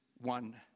one